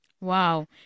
Wow